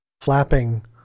flapping